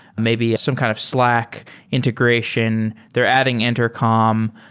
maybe some kind of slack integration. they're adding intercom.